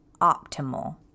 optimal